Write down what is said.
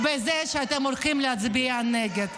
-- בזה שאתם הולכים להצביע נגד.